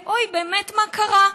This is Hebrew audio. אוי, באמת מה קרה?